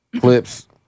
Clip's